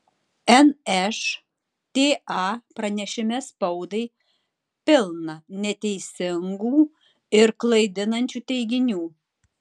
nšta pranešime spaudai pilna neteisingų ir klaidinančių teiginių